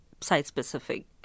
site-specific